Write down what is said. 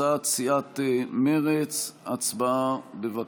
הצעת סיעת מרצ, הצבעה, בבקשה.